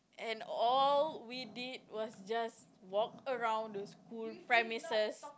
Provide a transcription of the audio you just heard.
and all we did was just walk around the school premises